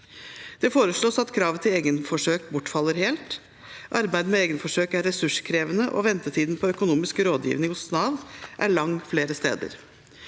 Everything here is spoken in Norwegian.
Det foreslås at kravet til egenforsøk bortfaller helt. Arbeidet med egenforsøk er ressurskrevende, og vente tiden på økonomisk rådgivning hos Nav er lang flere steder.